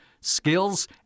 skills